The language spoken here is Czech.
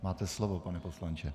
Máte slovo, pane poslanče.